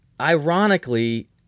ironically